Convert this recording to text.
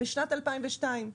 בשנת 2002,